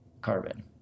carbon